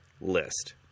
list